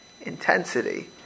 intensity